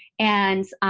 and